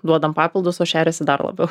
duodam papildus o šeriasi dar labiau